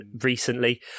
recently